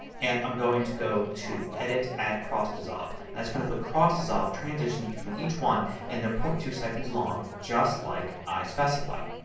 and i'm going to go to edit, add cross dissolve. and that's going to put cross dissolve transitions between each one and they are point two seconds long just like i specified.